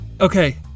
Okay